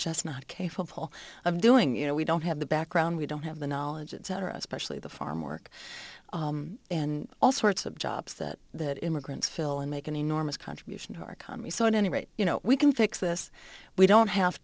just not capable of doing you know we don't have the background we don't have the knowledge etc especially the farm work and all sorts of jobs that that immigrants fill and make an enormous contribution to our economy so at any rate you know we can fix this we don't have